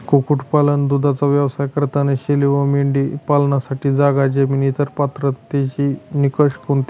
कुक्कुटपालन, दूधाचा व्यवसाय करताना शेळी व मेंढी पालनासाठी जागा, जमीन व इतर पात्रतेचे निकष कोणते?